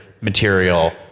material